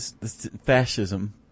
fascism